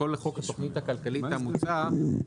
כל חוק בתוכנית הכלכלית המוצע.